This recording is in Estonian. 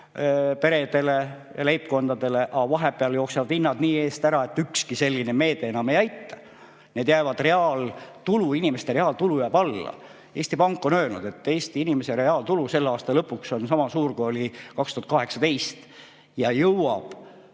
toetusi peredele ja leibkondadele. Aga vahepeal jooksevad hinnad nii eest ära, et ükski selline meede enam ei aita. Inimeste reaaltulu jääb alla. Eesti Pank on öelnud, et Eesti inimeste reaaltulu selle aasta lõpuks on sama suur, kui oli 2018, ja see jõuab